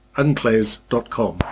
unclays.com